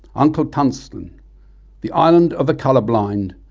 uncle tungsten the island of the colorblind,